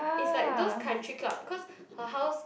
is like those country club cause her house